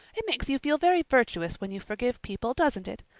it makes you feel very virtuous when you forgive people, doesn't it?